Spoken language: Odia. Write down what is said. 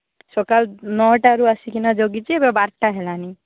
ସକାଳ ନଅଟାରୁ ଆସିକନା ଜଗିଛି ଏବେ ବାରଟା ହେଲାଣି